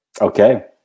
okay